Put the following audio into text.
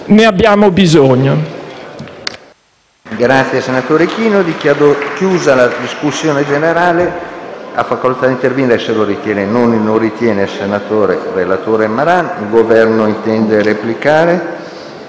Ne abbiamo bisogno!